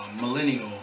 millennial